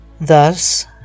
Thus